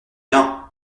viens